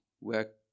work